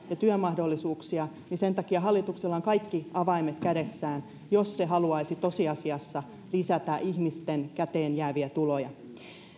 ja työmahdollisuuksia hallituksella on kaikki avaimet kädessään jos se haluaisi tosiasiassa lisätä ihmisten käteen jääviä tuloja